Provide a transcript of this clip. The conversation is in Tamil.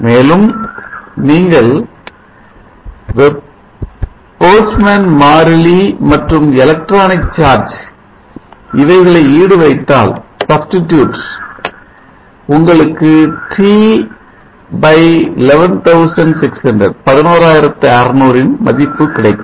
மேலும் நீங்கள் Boltzmann மாறிலி மற்றும் எலெக்ட்ரானிக் சார்ஜ் இவைகளை ஈடு வைத்தால் உங்களுக்கு T 11600 இன் மதிப்பு கிடைக்கும்